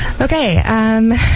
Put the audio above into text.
Okay